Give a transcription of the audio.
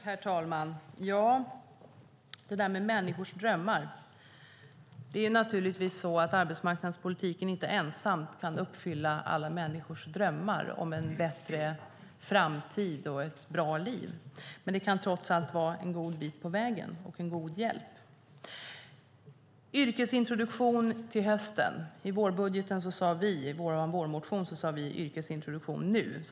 Herr talman! Först har vi människors drömmar. Arbetsmarknadspolitiken kan inte ensam uppfylla alla människors drömmar om en bättre framtid och ett bra liv, men den kan trots allt vara en god hjälp på vägen. Ni hoppas presentera förslag om yrkesintroduktion till hösten. I vår motion till vårbudgeten tog vi upp frågan om yrkesintroduktion nu.